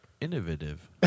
innovative